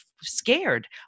scared